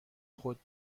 خود